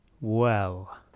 Well